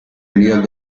unidad